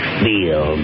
feel